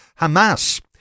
Hamas